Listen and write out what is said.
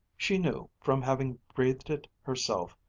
she knew, from having breathed it herself,